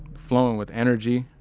flowing with energy,